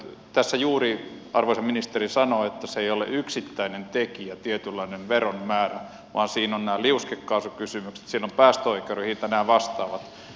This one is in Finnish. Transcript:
tässä juuri arvoisa ministeri sanoi että tietynlainen veron määrä ei ole yksittäinen tekijä vaan siinä ovat nämä liuskekaasukysymykset päästöoikeuden hinta ja nämä vastaavat